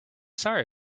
sorry